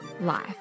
life